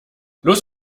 los